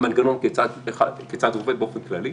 המנגנון כיצד הוא עובד באופן כללי.